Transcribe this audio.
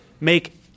make